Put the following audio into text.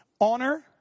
honor